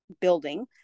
building